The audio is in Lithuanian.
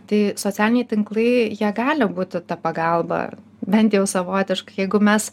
tai socialiniai tinklai jie gali būti ta pagalba bent jau savotiškai jeigu mes